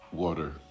water